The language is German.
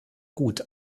gut